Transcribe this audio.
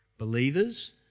Believers